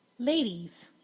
Ladies